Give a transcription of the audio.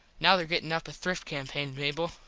now there gettin up a thrift campain mable.